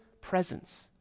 presence